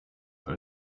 are